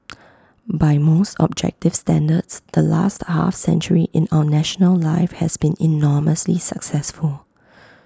by most objective standards the last half century in our national life has been enormously successful